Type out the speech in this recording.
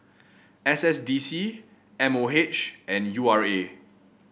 S S D C M O H and U R A